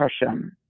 Hashem